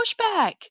pushback